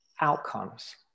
outcomes